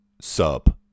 sub